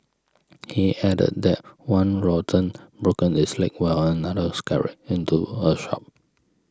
he added that one rodent broken its leg while another scurried into a shop